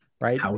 right